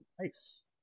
Nice